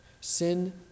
Sin